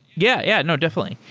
yeah. yeah. no. definitely.